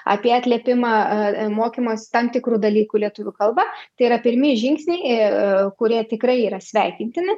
apie atlėpimą mokymosi tam tikrų dalykų lietuvių kalba tai yra pirmi žingsniai a kurie tikrai yra sveikintini